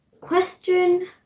Question